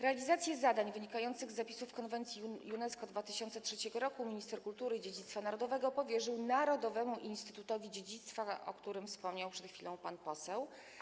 Realizację zadań wynikających z zapisów konwencji UNESCO z 2003 r. minister kultury i dziedzictwa narodowego powierzył Narodowemu Instytutowi Dziedzictwa, o którym przed chwilą wspomniał pan poseł.